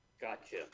Gotcha